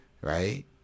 right